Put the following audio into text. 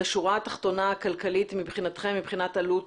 את השורה התחתונה הכלכלית מבחינת עלות